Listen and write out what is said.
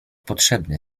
potrzebny